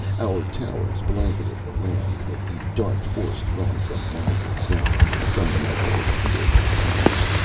our towers blanketed the land with the dark force drawn from mars itself, from the magnetic field of the planet.